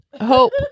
hope